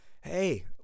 hey